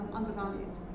undervalued